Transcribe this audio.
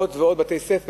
עוד ועוד בתי-ספר.